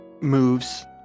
moves